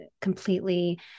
completely